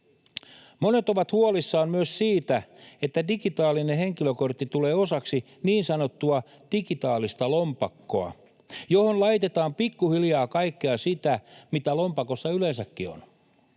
Monet ovat huolissaan myös siitä, että digitaalinen henkilökortti tulee osaksi niin sanottua digitaalista lompakkoa, johon laitetaan pikkuhiljaa kaikkea sitä, mitä lompakossa yleensäkin on: